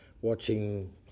watching